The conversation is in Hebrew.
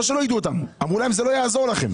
לא שלא יידעו אותם, אמרו להם שזה לא יעזור להם.